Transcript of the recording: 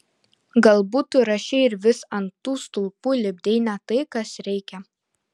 galbūt tu rašei ir vis ant tų stulpų lipdei ne tai kas reikia